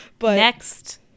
Next